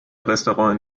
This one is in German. restaurant